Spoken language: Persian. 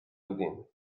بودیم